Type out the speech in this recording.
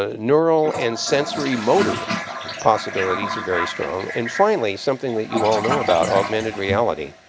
ah neural and sensory motor possibilities are very strong. and, finally, something that you all know about, augmented reality.